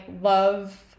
love